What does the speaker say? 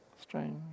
strange